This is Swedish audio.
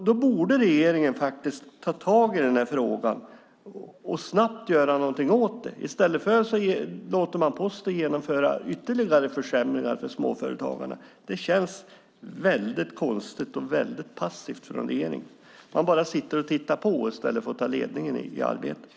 Då borde regeringen faktiskt ta tag i den här frågan och snabbt göra någonting åt detta. I stället låter man Posten genomföra ytterligare försämringar för småföretagarna. Det känns väldigt konstigt och väldigt passivt från regeringen. Man sitter bara och tittar på i stället för att ta ledningen i arbetet.